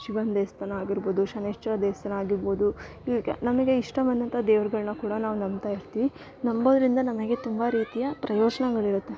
ಶಿವನ ದೇವಸ್ಥಾನ ಆಗಿರ್ಬೋದು ಶನೈಶ್ಚರ ದೇವಸ್ಥಾನ ಆಗಿರ್ಬೋದು ಈಗ ನಮಗೆ ಇಷ್ಟಬಂದಂಥ ದೇವ್ರುಗಳ್ನ ಕೂಡ ನಾವು ನಂಬ್ತಾ ಇರ್ತೀವಿ ನಂಬೋದರಿಂದ ನಮಗೆ ತುಂಬ ರೀತಿಯ ಪ್ರಯೋಜನಗಳಿರುತ್ತೆ